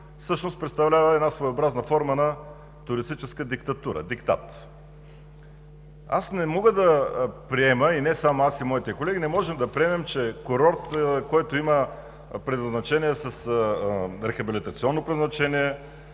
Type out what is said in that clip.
представлява една своеобразна форма на туристическа диктатура, диктат. Аз не мога да приема и не само аз, а и моите колеги не можем да приемем, че курорт, който има рехабилитационно предназначение,